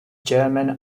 german